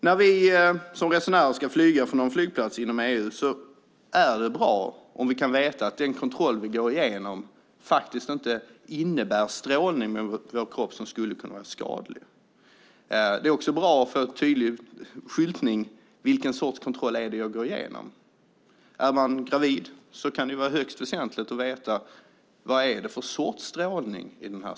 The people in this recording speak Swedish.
När vi som resenärer ska flyga från någon flygplats inom EU är det bra om vi kan veta att den kontroll vi går igenom inte innebär strålning på vår kropp som skulle kunna vara skadlig. Det är bra med en tydlig skyltning om vilken sorts kontroll det är man går igenom. Är man gravid kan det vara högst väsentligt att veta vad det är för sorts strålning i skannern.